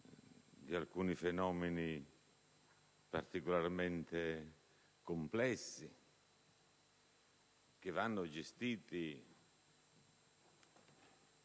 di alcuni fenomeni particolarmente complessi, che vanno gestiti